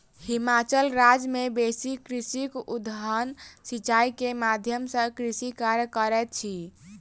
हिमाचल राज्य मे बेसी कृषक उद्वहन सिचाई के माध्यम सॅ कृषि कार्य करैत अछि